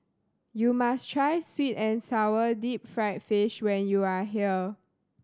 you must try sweet and sour deep fried fish when you are here